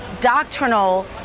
Doctrinal